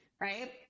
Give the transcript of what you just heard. right